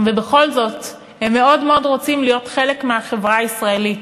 ובכל זאת הם מאוד מאוד רוצים להיות חלק מהחברה הישראלית